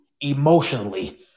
emotionally